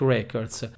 Records